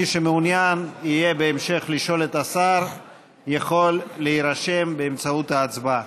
מי שיהיה מעוניין בהמשך לשאול את השר יכול להירשם באמצעות ההצבעה.